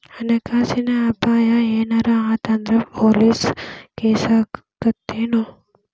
ಹಣ ಕಾಸಿನ್ ಅಪಾಯಾ ಏನರ ಆತ್ ಅಂದ್ರ ಪೊಲೇಸ್ ಕೇಸಾಕ್ಕೇತೆನು?